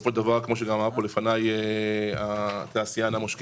כמו שאמר התעשיין מר שקדי,